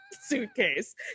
suitcase